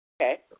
Okay